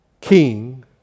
king